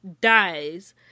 dies